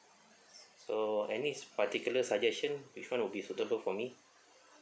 so any particular suggestion which one would be suitable for me